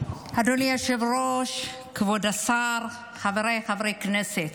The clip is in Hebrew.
אדוני היושב-ראש, כבוד השר, חבריי חברי הכנסת,